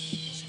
קודם כל,